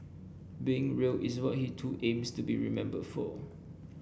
being real is what he too aims to be remembered for